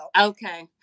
Okay